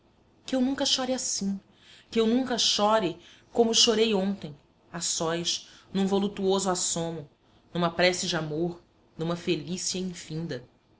que eu nunca chore assim que eu nunca chore como chorei ontem a sós num volutuoso assomo numa prece de amor numa felícia infinda